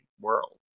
world